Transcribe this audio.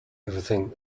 everything